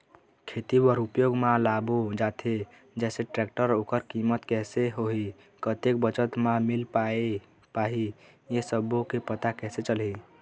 खेती बर उपयोग मा लाबो जाथे जैसे टेक्टर ओकर कीमत कैसे होही कतेक बचत मा मिल पाही ये सब्बो के पता कैसे चलही?